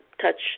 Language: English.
touch